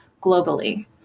globally